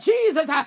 Jesus